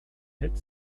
had